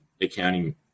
accounting